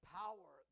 power